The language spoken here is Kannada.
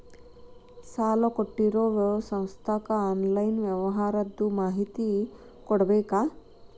ಸಾಲಾ ಕೊಟ್ಟಿರೋ ಸಂಸ್ಥಾಕ್ಕೆ ಆನ್ಲೈನ್ ವ್ಯವಹಾರದ್ದು ಮಾಹಿತಿ ಕೊಡಬೇಕಾ?